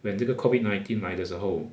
when 这个 COVID nineteen 来的时候